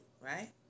right